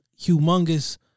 humongous